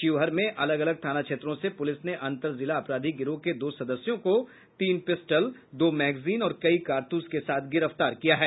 शिवहर में अलग अलग थाना क्षेत्रों से पुलिस ने अंतर जिला अपराधी गिरोह के दो सदस्यों को तीन पिस्टल दो मैंगजीन और कई कारतूस के साथ गिरफ्तार किया है